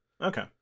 Okay